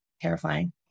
terrifying